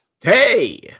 Hey